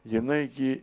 jinai gi